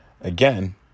Again